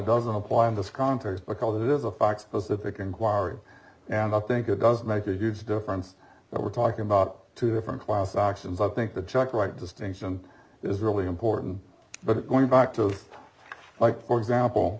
doesn't apply in this context because it is a fact that they can choir and i think it does make a huge difference that we're talking about two different class actions i think the check right distinction is really important but going back to like for example